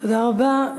תודה רבה.